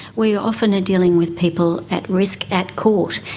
we often are dealing with people at risk at court,